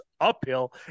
uphill